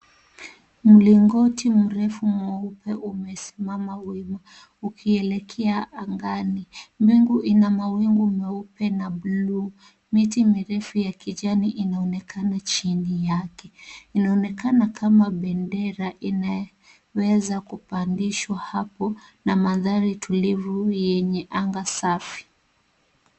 Mlingoti mrefu mweupe umesimama wima ukielekea angani, wingu ina mawingu meupe na buluu, miti mirefu ya kijani inaonekana chini yake inaonekana kama bendera ambayo imeweza kupandishwa hapo na mandhari tulivu yenye anga safi.